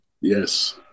Yes